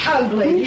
ugly